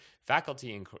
faculty